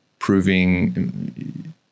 proving